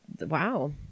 wow